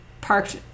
parked